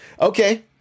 okay